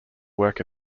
work